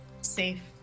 safe